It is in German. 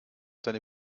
deine